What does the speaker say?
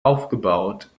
aufgebaut